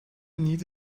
need